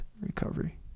recovery